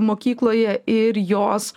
mokykloje ir jos